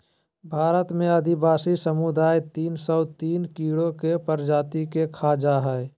भारत में आदिवासी समुदाय तिन सो तिन कीड़ों के प्रजाति के खा जा हइ